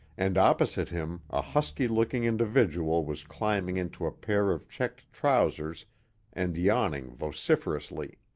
and opposite him a husky-looking individual was climbing into a pair of checked trousers and yawning vociferously.